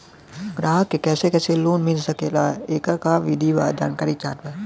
ग्राहक के कैसे कैसे लोन मिल सकेला येकर का विधि बा जानकारी चाहत बा?